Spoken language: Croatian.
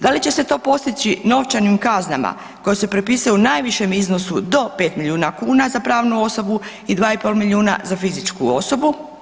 Da li će se to postići novčanim kaznama koje se propisuju u najvišem iznosu do 5 milijuna kuna za pravnu osobu i 2,5 milijuna za fizičku osobu?